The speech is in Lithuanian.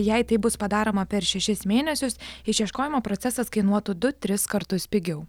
jei tai bus padaroma per šešis mėnesius išieškojimo procesas kainuotų du tris kartus pigiau